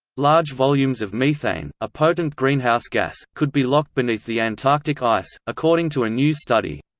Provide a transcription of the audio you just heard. large volumes of methane a potent greenhouse gas could be locked beneath the antarctic ice, according to a new study.